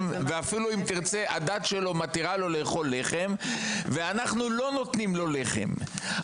ואפילו אם תרצה הדת שלו מתירה לו לאכול לחם ואנחנו לא נותנים לו לחם.